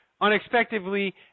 unexpectedly